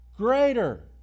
Greater